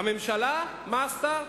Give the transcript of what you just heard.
והממשלה מה עשתה?